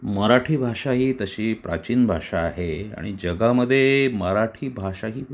मराठी भाषा ही तशी प्राचीन भाषा आहे आणि जगामध्ये मराठी भाषा ही